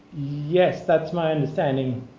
yes, that's my understanding.